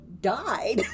died